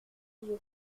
yeux